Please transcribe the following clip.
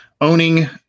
owning